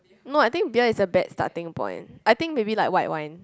no I think beer is a bad starting point I think maybe like white wine